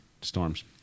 Storms